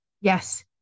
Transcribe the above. Yes